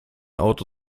auto